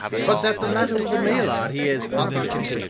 but that the latter was a maillard he is positive.